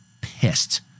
pissed